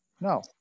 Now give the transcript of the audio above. no